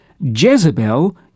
Jezebel